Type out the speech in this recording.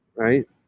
Right